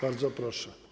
Bardzo proszę.